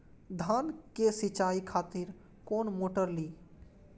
धान के सीचाई खातिर कोन मोटर ली?